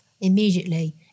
immediately